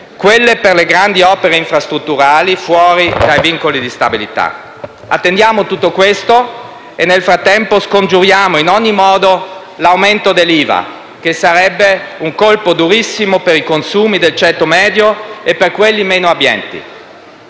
quelle per le grandi opere infrastrutturali - fuori dai vincoli di stabilità. Attendiamo tutto questo e, nel frattempo, scongiuriamo in ogni modo l'aumento dell'IVA, che sarebbe un colpo durissimo per i consumi del ceto medio e dei meno abbienti.